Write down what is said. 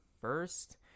first